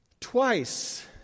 Twice